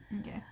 Okay